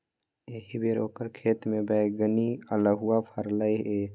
एहिबेर ओकर खेतमे बैगनी अल्हुआ फरलै ये